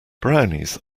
brownies